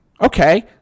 Okay